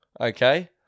okay